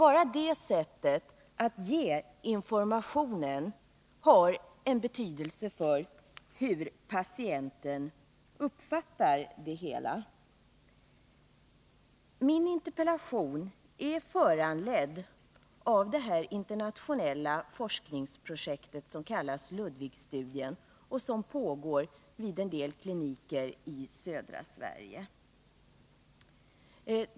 Bara det sättet att ge informationen har betydelse för hur patienten uppfattar det hela. Min interpellation är föranledd av det internationella forskningsprojekt som kallas Ludwigstudien och som pågår vid en del kliniker i södra Sverige.